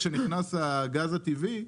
כשנכנס הגז הטבעי,